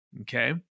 okay